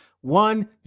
one